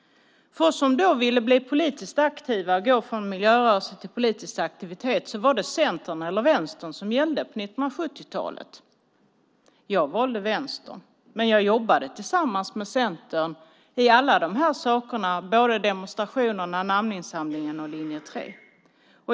För folk som ville bli politiskt aktiva, gå från miljörörelsen till politisk aktivitet, var det Centern eller Vänstern som gällde på 1970-talet. Jag valde Vänstern, men jag jobbade tillsammans med Centern i alla de här sakerna, både demonstrationerna, namninsamlingen och linje 3.